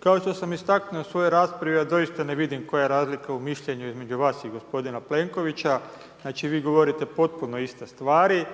Kao što sam istaknuo u svojoj raspravi a dosita ne vidim koja je razlika u mišljenju između vas i gospodina Plenkovića, znači vi govorite potpuno iste stvari,